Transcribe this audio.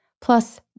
Plus